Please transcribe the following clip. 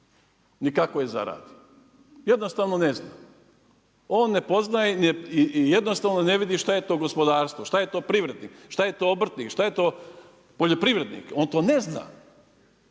ni kako je zaradi, jednostavno ne zna. On ne poznaje i jednostavno ne vidi šta je to gospodarstvo, šta je to privrednik, šta je to obrtnik, šta je to poljoprivrednik on to ne zna